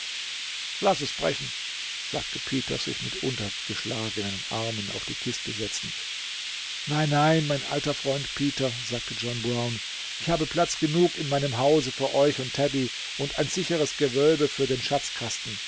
laß es brechen sagte peter sich mit untergeschlagenen armen auf die kiste setzend nein nein mein alter freund peter sagte john brown ich habe platz genug in meinem hause für euch und tabby und ein sicheres gewölbe für den